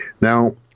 Now